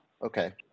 Okay